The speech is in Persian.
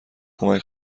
کمک